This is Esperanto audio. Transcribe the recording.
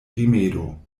rimedo